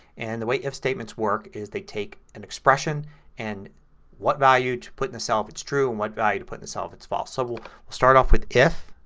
and the way if statements work is they an expression and what value to put in the cell if it's true and what value to put in the cell if it's false. so we'll start off with if